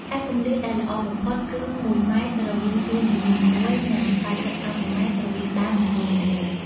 ឯគម្លាតដែលល្អបំផុតគឺ ១ ម៉ែត្រ រវាងជួរនីមួយៗ និង ៨០ សង់ទីម៉ែត្រ រវាងដើមនីមួយៗ។